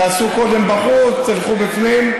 תעשו קודם בחוץ, תלכו בפנים,